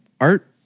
art